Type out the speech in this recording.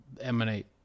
emanate